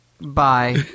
bye